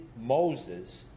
Moses